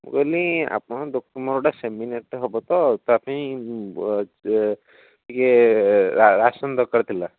ମୁଁ କହିନି ଆପଣ ଦୋକ ମୋର ଗୋଟେ ସେମିନାରଟେ ହେବ ତ ତା'ପାଇଁ ଟିକିଏ ରାସନ ଦରକାର ଥିଲା